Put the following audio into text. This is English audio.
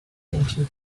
into